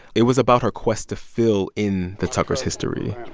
it was about her quest to fill in the tucker's history.